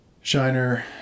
Shiner